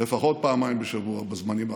לפחות פעמיים בשבוע בזמנים האחרונים.